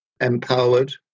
empowered